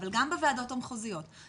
אבל גם בוועדות החוזיות,